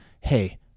hey